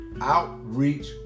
outreach